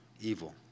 evil